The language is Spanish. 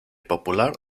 popular